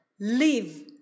Live